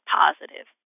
positive